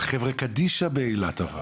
לחברה קדישא באילת.